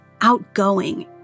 outgoing